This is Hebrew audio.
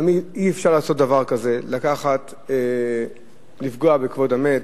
לטעמי אי-אפשר לעשות דבר כזה, לפגוע בכבוד המת.